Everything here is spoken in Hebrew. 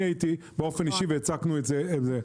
אני הייתי באופן אישי, והצגנו את זה.